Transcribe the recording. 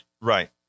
Right